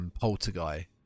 poltergeist